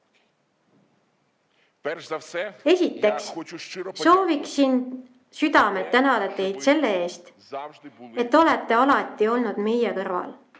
Esiteks sooviksin südamest tänada teid selle eest, et te olete alati olnud meie kõrval.